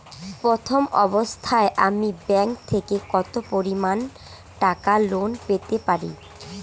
প্রথম অবস্থায় আমি ব্যাংক থেকে কত পরিমান টাকা লোন পেতে পারি?